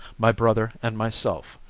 my brother and myself,